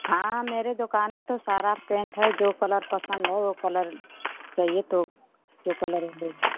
हाँ मेरे दुकान में तो सारा पैंट है जो कलर पसंद है वो कलर चाहिए तो जो कलर है